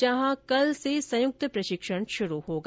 जहां कल से संयुक्त प्रशिक्षण शुरू होगा